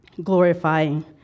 glorifying